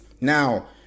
Now